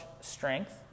strength